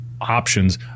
options